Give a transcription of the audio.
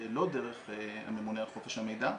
לא דרך הממונה על חופש המידע,